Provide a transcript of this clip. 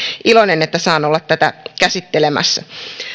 iloinen että saan olla tätä käsittelemässä